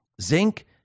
zinc